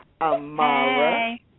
Amara